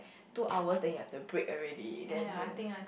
two hours then you have to break already then you